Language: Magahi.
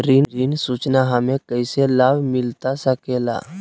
ऋण सूचना हमें कैसे लाभ मिलता सके ला?